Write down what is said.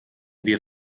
wir